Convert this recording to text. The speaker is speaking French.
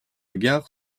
gare